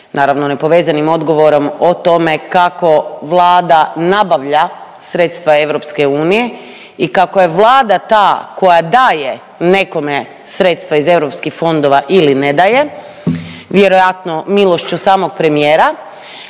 naravno, nepovezanim odgovorom o tome kako Vlada nabavlja sredstva EU i kako je Vlada da koja daje nekome sredstva iz EU fondova ili ne daje, vjerojatno milošću samog premijera,